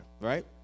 right